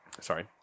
Sorry